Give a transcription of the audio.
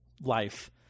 life